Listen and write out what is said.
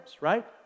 right